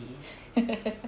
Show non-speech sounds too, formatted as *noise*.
*laughs*